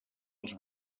els